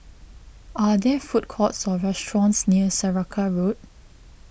are there food courts or restaurants near Saraca Road